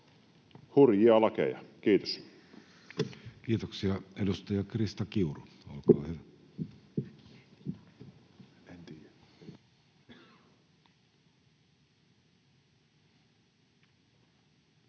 hurjia lakeja. — Kiitos. Kiitoksia. — Edustaja Krista Kiuru, olkaa hyvä.